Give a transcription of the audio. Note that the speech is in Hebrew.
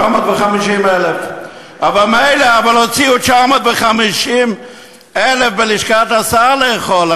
950. אבל מילא שהוציאו 950,000 בלשכת השר כדי לאכול,